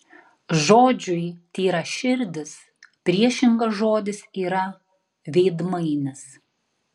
žodžiui tyraširdis priešingas žodis yra veidmainis